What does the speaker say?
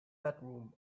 bedroom